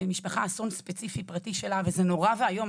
למשפחה אסון ספציפי פרטי שלה וזה נורא ואיום,